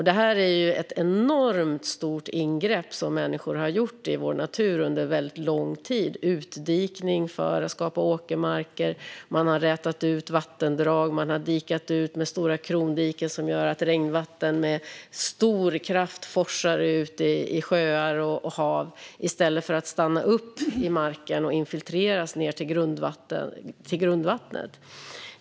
Det är ett enormt stort ingrepp i vår natur som människor har gjort under väldigt lång tid: Man har dikat ut för att skapa åkermarker, rätat ut vattendrag och dikat ut med stora krondiken som gör att regnvatten med stor kraft forsar ut i sjöar och hav i stället för att stanna i marken och infiltreras ned till grundvattnet.